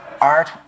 Art